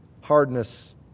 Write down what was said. hardness